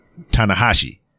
Tanahashi